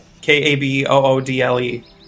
K-A-B-O-O-D-L-E